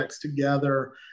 together